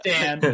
Dan